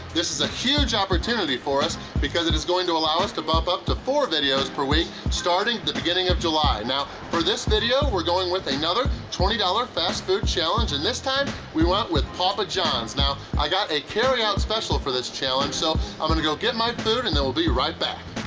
this is a huge opportunity for us because it is going to allow us to bump up to four videos per week, starting the beginning of july. and now, for this video, we're going with another twenty dollars fast food challenge, and this time, we went with papa johns. now, i got a carry out special for this challenge, so i'm gonna go get my food and then, i'll be right back.